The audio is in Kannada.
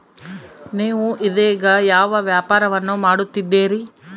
ನೇವು ಇದೇಗ ಯಾವ ವ್ಯಾಪಾರವನ್ನು ಮಾಡುತ್ತಿದ್ದೇರಿ?